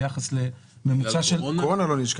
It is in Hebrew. בגלל הקורונה?